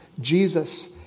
Jesus